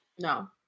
No